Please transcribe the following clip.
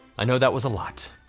i know that was a lot.